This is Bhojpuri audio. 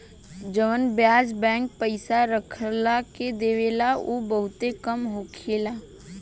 जवन ब्याज बैंक पइसा रखला के देवेला उ बहुते कम होखेला